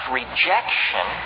rejection